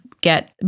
get